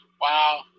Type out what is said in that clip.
Wow